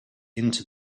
into